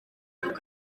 inzozi